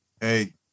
Hey